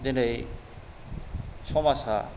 दिनै समाजा